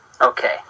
Okay